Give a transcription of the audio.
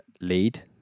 lead